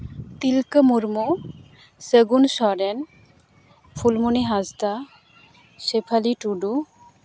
Tilka Murmu Sagun Soren Phulmoni Hansda Sephali Tudu